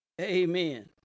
Amen